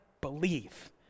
believe